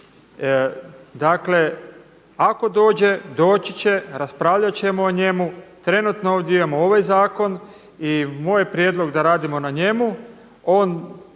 Dakle, ako dođe doći će, raspravljat ćemo o njemu. Trenutno ovdje imamo ovaj zakon i moj je prijedlog da radimo na njemu.